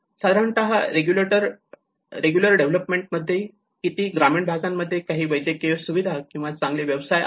साधारणतः regular development मध्ये किती ग्रामीण भागामध्ये काही वैद्यकीय सुविधा किंवा चांगले व्यवसाय आहे